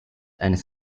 eines